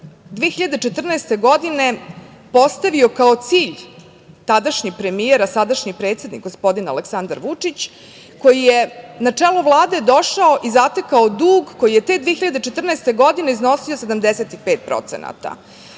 2014. godine, postavio kao cilj tadašnji premijer, a sadašnji predsednik gospodin Aleksandar Vučić, koji je na čelo Vlade došao i zatekao dug koji je tek 2014. godine, iznosio 75%.Hrabrom